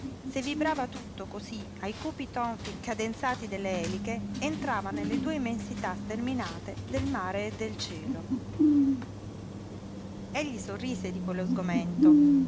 se vibrava tutto cosí ai cupi tonfi cadenzati delle eliche entrava nelle due immensità sterminate del mare e del cielo egli sorrise di quello sgomento